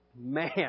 man